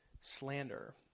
slander